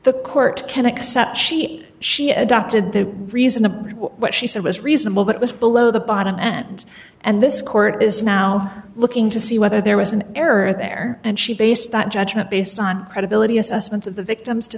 accept she she adopted the reasonably what she said was reasonable but it was below the bottom end and this court is now looking to see whether there was an error there and she based that judgment based on credibility assessments of the victims to